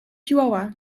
chihuahua